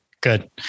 Good